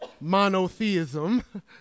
monotheism